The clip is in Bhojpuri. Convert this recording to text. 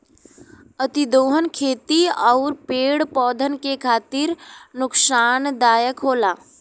अतिदोहन खेती आउर पेड़ पौधन के खातिर नुकसानदायक होला